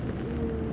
mm